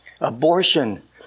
Abortion